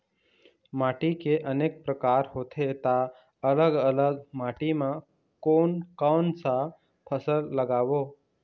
माटी के अनेक प्रकार होथे ता अलग अलग माटी मा कोन कौन सा फसल लगाबो?